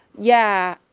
yeah,